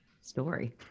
story